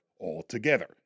altogether